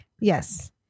Yes